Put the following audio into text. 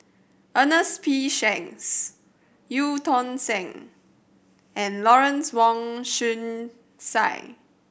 Ernest P Shanks Eu Tong Sen and Lawrence Wong Shyun Tsai